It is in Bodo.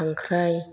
खांख्राइ